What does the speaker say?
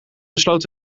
besloot